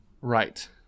Right